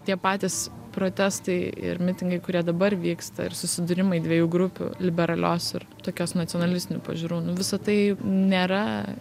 tie patys protestai ir mitingai kurie dabar vyksta ir susidūrimai dviejų grupių liberalios ir tokios nacionalistinių pažiūrų nu visa tai nėra